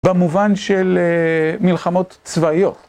במובן של מלחמות צבאיות.